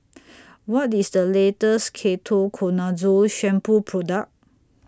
What IS The latest Ketoconazole Shampoo Product